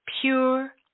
pure